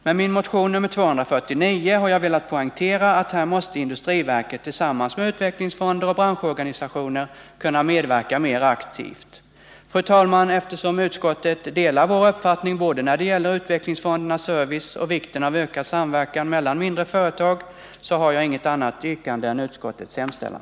Med min motion nr 249 har jag velat poängtera att här måste industriverket, tillsammans med utvecklingsfonder och branschorganisationer, kunna medverka mer aktivt. Fru talman! Eftersom utskottet delar vår uppfattning när det gäller både utvecklingsfondernas service och vikten av ökad samverkan mellan mindre företag har jag inget annat yrkande än bifall till utskottets hemställan.